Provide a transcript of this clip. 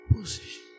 position